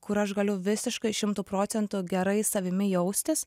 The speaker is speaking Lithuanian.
kur aš galiu visiškai šimtu procentų gerai savimi jaustis